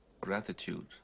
gratitude